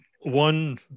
one